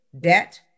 debt